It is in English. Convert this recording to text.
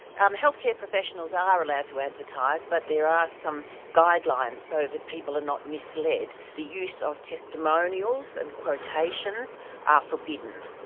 um healthcare professionals are allowed to advertise, but there are some guidelines, so that people are not misled. the use of testimonials and quotations are forbidden.